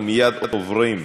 אנחנו מייד עוברים